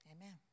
Amen